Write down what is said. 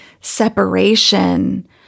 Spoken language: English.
separation